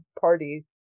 party